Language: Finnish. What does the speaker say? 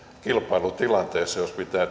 kilpailutilanteessa jos pitää